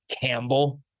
Campbell